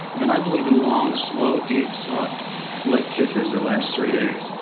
and i believe in long slow deep soft wet kisses that last three days.